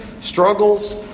struggles